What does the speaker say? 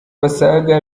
basaga